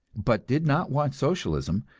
but did not want socialism,